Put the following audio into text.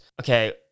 Okay